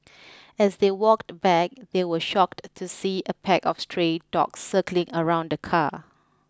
as they walked back they were shocked to see a pack of stray dogs circling around the car